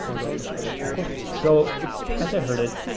so we go too much further. of course. so as i heard it,